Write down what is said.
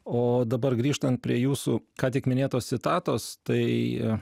o dabar grįžtant prie jūsų ką tik minėtos citatos tai